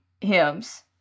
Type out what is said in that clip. hymns